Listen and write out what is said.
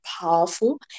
powerful